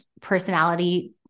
personality